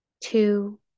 two